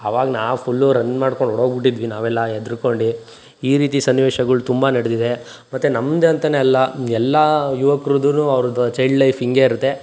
ಅವಾಗ ನಾ full run ಮಾಡ್ಕೊಂಡು ಓಡೋಗಿಬಿಟ್ಟಿದ್ವಿ ನಾವೆಲ್ಲ ಹೆದ್ರುಕೊಂಡು ಈ ರೀತಿ ಸನ್ನಿವೇಶಗಳ್ ತುಂಬ ನಡೆದಿದೆ ಮತ್ತು ನಮ್ಮದೆ ಅಂತ ಅಲ್ಲ ಎಲ್ಲ ಯುವಕ್ರುದು ಅವರ್ದು ಚೈಲ್ಡ್ ಲೈಫ್ ಹಿಂಗೇ ಇರುತ್ತೆ